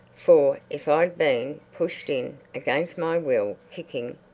for if i'd been pushed in, against my will kicking,